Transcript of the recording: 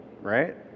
right